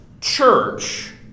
church